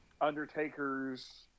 undertakers